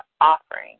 offering